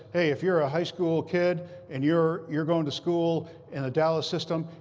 hey, if you're a high school kid and you're you're going to school in a dallas system,